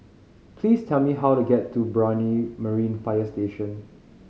please tell me how to get to Brani Marine Fire Station